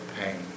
pain